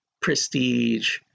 prestige